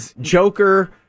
Joker